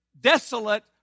desolate